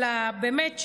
באמת,